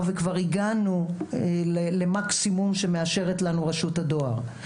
וכבר הגענו למקסימום שמאשרת לנו רשות הדואר.